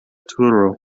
turo